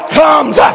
comes